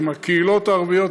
עם הקהילות הערביות,